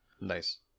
Nice